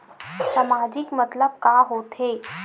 सामाजिक मतलब का होथे?